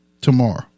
tomorrow